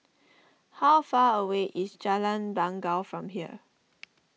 how far away is Jalan Bangau from here